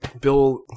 Bill